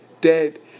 dead